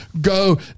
go